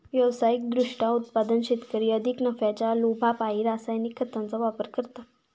व्यावसायिक दृष्ट्या उत्पादक शेतकरी अधिक नफ्याच्या लोभापायी रासायनिक खतांचा वापर करतात